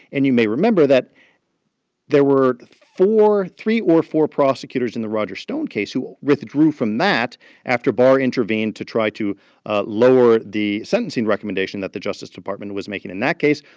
and you may remember that there were four three or four prosecutors in the roger stone case who withdrew from that after barr intervened to try to lower the sentencing recommendation that the justice department was making in that case.